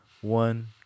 One